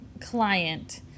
client